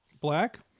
Black